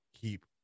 keep